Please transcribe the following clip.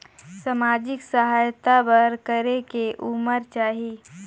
समाजिक सहायता बर करेके उमर चाही?